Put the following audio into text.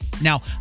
Now